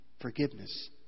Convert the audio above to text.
Forgiveness